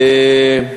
עפו אגראביה.